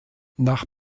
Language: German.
nach